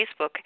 Facebook